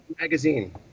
magazine